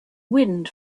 wind